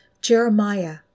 Jeremiah